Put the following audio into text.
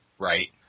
right